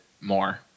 more